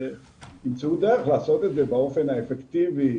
שימצאו דרך לעשות את זה באופן האפקטיבי